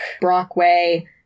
Brockway